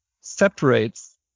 separates